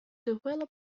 develop